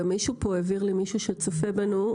גם מישהו פה העביר למישהו שצופה בנו,